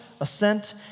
assent